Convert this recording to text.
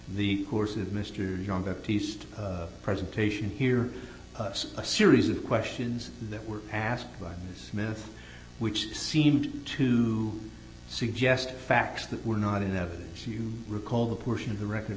the course of mr young that teased presentation here a series of questions that were passed by smith which seemed to suggest facts that were not in evidence you recall the portion of the record